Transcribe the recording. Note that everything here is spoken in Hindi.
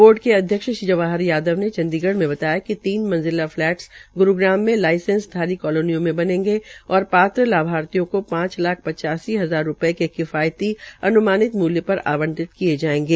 बोर्ड के अधयक्ष श्री जवाहर यादव ने चंडीगढ़ में बताया कि ये तीन मंजिला फलैटस ग्रूग्राम में लाइसेसधारी कालोनियों में बनेंगे तथा पात्र लाभर्थियों को पांच लाख पचासी हजार रूपये के किफायती अन्मानित मूल्य पर आंवटित किये जायेंगे